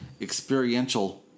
experiential